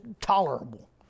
tolerable